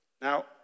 Now